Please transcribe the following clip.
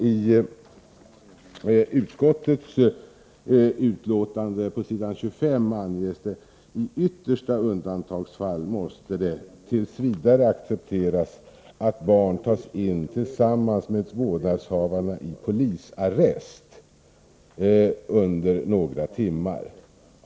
I utskottets betänkande står det på s. 25: ”I yttersta undantagsfall måste det t.v. accepteras att barn tas in tillsammans med vårdnadshavarna i polisarrest under några timmar.